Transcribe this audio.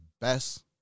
best